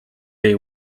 day